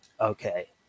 Okay